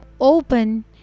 open